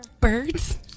Birds